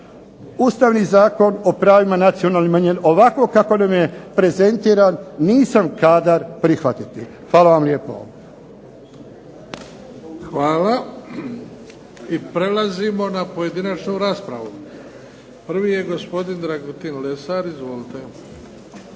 Ustavni zakon o pravima nacionalnih manjina ovako kako nam je prezentiran nisam kadar prihvatiti. Hvala vam lijepo. **Bebić, Luka (HDZ)** Hvala. I prelazimo na pojedinačnu raspravu. Prvi je gospodin Dragutin Lesar, izvolite.